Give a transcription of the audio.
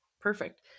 Perfect